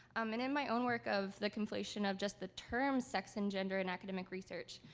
um and in my own work of the conflation of just the terms sex and gender in academic research